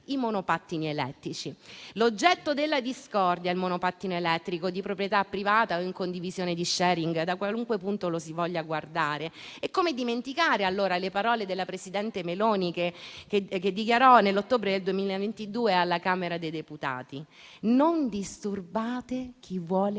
i monopattini elettrici, l'oggetto della discordia, il monopattino elettrico di proprietà privata o in condivisione, in *sharing*, da qualunque punto lo si voglia guardare. Come dimenticare allora le parole della presidente Meloni, che dichiarò nell'ottobre 2022 alla Camera dei deputati: «Non disturbate chi vuole